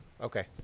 Okay